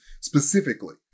specifically